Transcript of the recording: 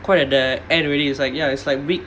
quite at the end already it's like ya it's like week